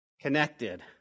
Connected